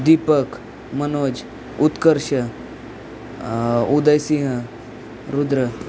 Deepak Manoj Utkarsh Udaysingh Rudra